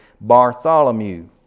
Bartholomew